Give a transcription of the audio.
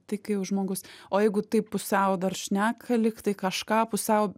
tai kai jau žmogus o jeigu taip pusiau dar šneka lyg tai kažką pusiau